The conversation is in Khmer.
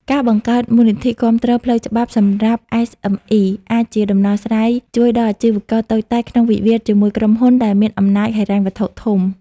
ការបង្កើត "មូលនិធិគាំទ្រផ្លូវច្បាប់សម្រាប់ SME" អាចជាដំណោះស្រាយជួយដល់អាជីវករតូចតាចក្នុងវិវាទជាមួយក្រុមហ៊ុនដែលមានអំណាចហិរញ្ញវត្ថុធំ។